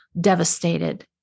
devastated